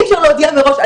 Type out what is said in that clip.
אי אפשר להודיע מראש.